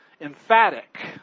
emphatic